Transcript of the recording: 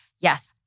Yes